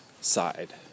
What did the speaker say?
side